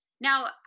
Now